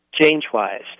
change-wise